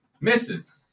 Misses